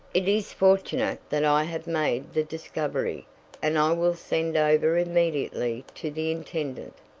it is fortunate that i have made the discovery and i will send over immediately to the intendant.